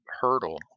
hurdle